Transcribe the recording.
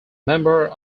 member